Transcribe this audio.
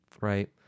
Right